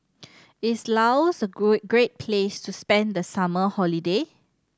is Laos great place to spend the summer holiday